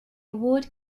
award